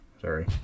sorry